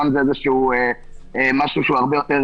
השאלה היא: האם הוראות החוק הזה יכולות